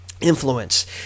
influence